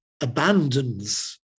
abandons